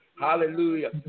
Hallelujah